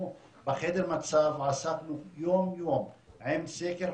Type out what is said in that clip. אנחנו בחדר המצב עסקנו יום יום עם סקר,